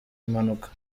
impanuka